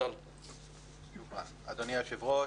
אדוני היושב-ראש,